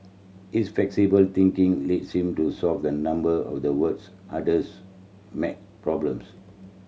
his flexible thinking led him to solve a number of the world's hardest maths problems